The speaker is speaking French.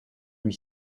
lui